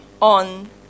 on